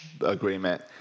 agreement